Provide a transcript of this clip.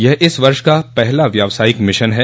यह इस वर्ष का पहला व्यवसायिक मिशन है